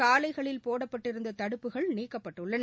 சாலைகளில் போடப்பட்டிருந்ததடுப்புகள் நீக்கப்பட்டுள்ளன